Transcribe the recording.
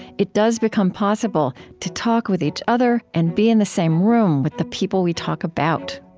it does become possible to talk with each other and be in the same room with the people we talk about.